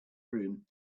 room